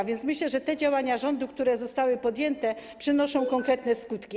A więc myślę, że te działania rządu, które zostały podjęte, przynoszą konkretne skutki.